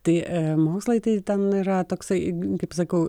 tai mokslai tai ten yra toksai kaip sakau